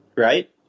right